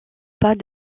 pas